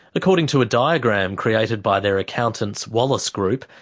according to a diagram created by their accountants, wallace group,